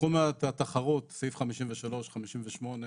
בתחום התחרות, סעיף (53), (58),